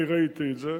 ואני ראיתי את זה.